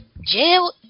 jail